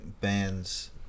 bands